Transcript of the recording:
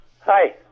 Hi